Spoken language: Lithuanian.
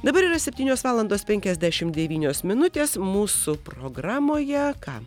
dabar yra septynios valandos penkiasdešimt devynios minutės mūsų programoje ką